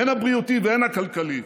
הן הבריאותי והן הכלכלי.